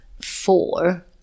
four